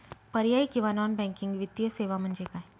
पर्यायी किंवा non banking वित्तीय सेवा म्हणजे काय?